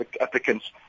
applicants